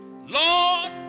lord